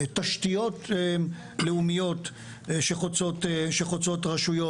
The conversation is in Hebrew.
תשתיות לאומיות שחוצות רשויות.